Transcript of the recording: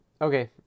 Okay